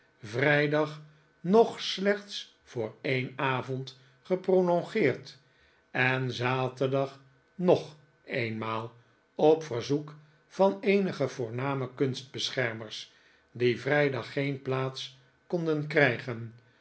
vrijdag nog slechts voor een avond geprolongeerd en zaterdag nog eenmaal op verzoek van eenige voorname kunstbeschermers die vrijdag geen plaats konden krijgen